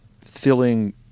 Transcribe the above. filling